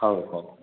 ହଉ ହଉ